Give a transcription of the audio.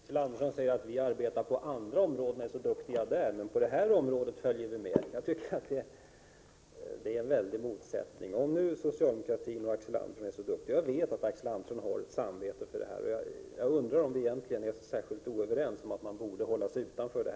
Herr talman! Axel Andersson säger att socialdemokraterna arbetar på andra områden och är så duktiga där, men på detta område följer de med. Jag tycker att det råder en motsättning, om socialdemokraterna och Axel Andersson är så duktiga. Jag vet att Axel Andersson har ett samvete när det gäller detta. Därför undrar jag om vi egentligen icke är överens om att man borde hålla sig utanför MIGA.